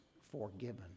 forgiven